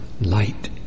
light